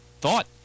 thought